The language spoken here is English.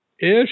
ish